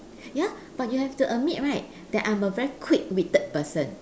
ya but you have to admit right that I'm a very quick-witted person